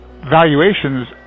Valuations